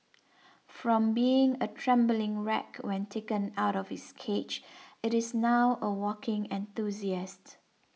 from being a trembling wreck when taken out of its cage it is now a walking enthusiast